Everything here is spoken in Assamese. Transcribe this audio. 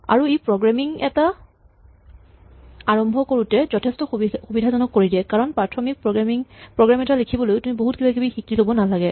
আৰু ই প্ৰগ্ৰেমিং এটা আৰম্ভ কৰাটো যথেষ্ঠ সুবিধাজনক কৰি দিয়ে কাৰণ প্ৰাথমিক প্ৰগ্ৰেম এটা লিখিবলৈও তুমি বহুত কিবা কিবি শিকি ল'ব নালাগে